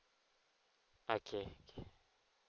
okay okay